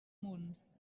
munts